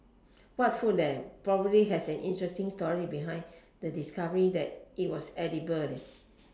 what food that probably has an interesting story behind the discovery that it was edible